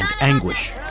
anguish